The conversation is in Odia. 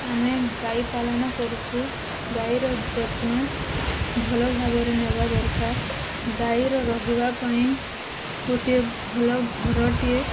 ଆମେ ଗାଈ ପାଳନ କରିଛୁ ଗାଈର ଯତ୍ନ ଭଲ ଭାବରେ ନେବା ଦରକାର ଗାଈର ରହିବା ପାଇଁ ଗୋଟିଏ ଭଲ ଘରଟିଏ